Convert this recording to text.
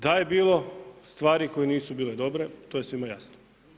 Da je bilo stvari koje nisu bile dobre, to je svima jasno.